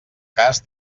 cas